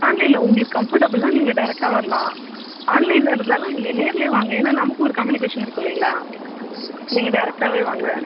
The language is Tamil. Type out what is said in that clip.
ஆன்லைன்ல உங்களுக்கு கம்ஃபர்டபுள்னால் நீங்கள் டேரெக்டாக வரலாம் ஆன்லைன்ல இருந்தாலும் நீங்கள் நேர்லேயே வாங்க ஏன்னால் நமக்கும் ஒரு கம்யூனிகேஷன் இருக்கும் இல்லைங்களா நீங்கள் டேரெக்டாகவே வாங்க